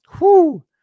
whoo